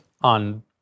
on